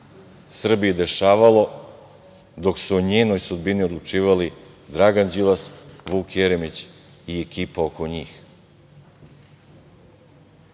Srbiji dešavalo dok su o njenoj sudbini odlučivali Dragan Đilas, Vuk Jeremić i ekipa oko njih. Čini